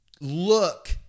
look